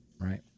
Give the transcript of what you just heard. right